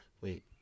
Wait